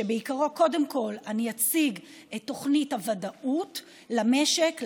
שבעיקרו קודם כול אני אציג את תוכנית הוודאות למשק,